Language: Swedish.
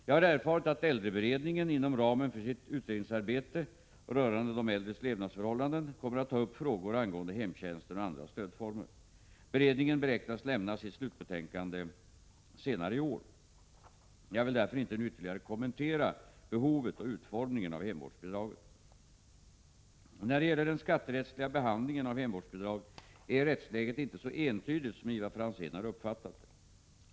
Jag har erfarit att äldreberedningen inom ramen för sitt utredningsarbete rörande de äldres levnadsförhållanden kommer att ta upp frågor angående hemtjänsten och andra stödformer. Beredningen beräknas lämna sitt slutbetänkande senare i år. Jag vill därför inte nu ytterligare kommentera behovet och utformningen av hemvårdsbidraget. När det gäller den skatterättsliga behandlingen av hemvårdsbidraget är rättsläget inte så entydigt som Ivar Franzén har uppfattat det.